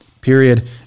period